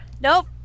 Nope